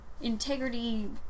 integrity